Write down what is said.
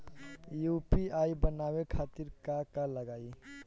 UPI बनावे खातिर का का लगाई?